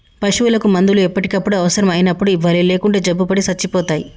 పశువులకు మందులు ఎప్పటికప్పుడు అవసరం అయినప్పుడు ఇవ్వాలి లేకుంటే జబ్బుపడి సచ్చిపోతాయి